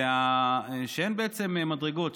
זה שאין בעצם מדרגות.